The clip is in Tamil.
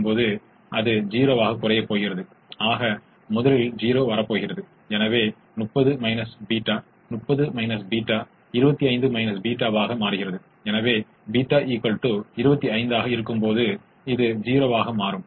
இப்போது தற்செயலாக நாம் அதை மிக மிக கவனமாகப் பார்த்தால் நாம் இரட்டைக் கட்டமைப்பின் வழி பலவீனமான இரட்டைக் கோட்பாட்டை மனதில் பயன்படுத்தினோம்